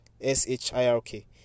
s-h-i-r-k